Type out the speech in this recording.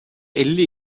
elli